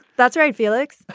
that's right, felix.